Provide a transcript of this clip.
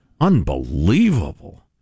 Unbelievable